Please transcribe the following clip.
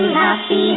happy